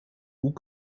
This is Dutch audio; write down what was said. hoe